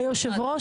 היו"ר,